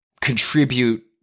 contribute